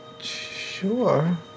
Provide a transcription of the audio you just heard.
sure